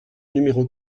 numéro